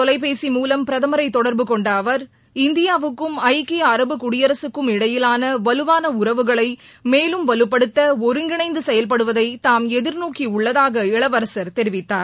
தொலைபேசி மூலம் பிரதமரை தொடர்பு கொண்ட அவர் இந்தியாவுக்கும் ஐக்கிய அரபு குடியரசுக்கும் இடையிலான வலுவான உறவுகளை மேலும் வலுப்படுத்த ஒருங்கிணைந்து செயல்படுவதை தாம் எதிர்நோக்கி உள்ளதாக இளவரசர் தெரிவித்தார்